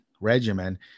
regimen